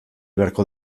beharko